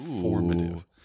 formative